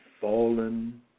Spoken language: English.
fallen